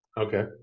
Okay